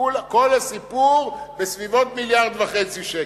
כל הסיפור בסביבות מיליארד וחצי שקל.